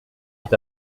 est